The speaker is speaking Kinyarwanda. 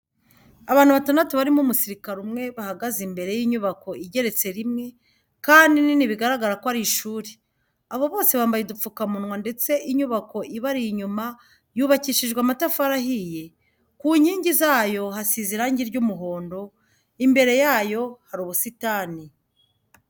Abantu batandatu barimo umusirikare umwe bahagaze imbere y'inyubako igeretse rimwe, kandi nini bigaragara ko ari ishuri. Abo bose bambaye udupfukamunwa ndetse inyubako ibari inyuma yubakishije amatafari ahiye, ku nkingi zayo hasize irange ry'umuhondo, imbere yayo hari ubusitani.